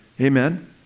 Amen